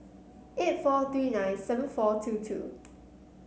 eight four three nine seven four two two